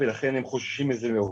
ולכן הם חוששים מזה מאוד.